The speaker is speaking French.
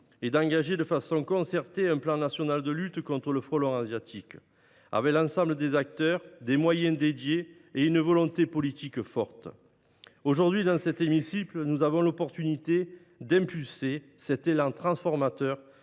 et d’engager, de façon concertée, un plan national de lutte contre le frelon asiatique avec l’ensemble des acteurs concernés, avec des moyens dédiés et une volonté politique forte. Aujourd’hui, dans cet hémicycle, nous avons l’opportunité d’engager cet élan transformateur